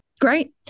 Great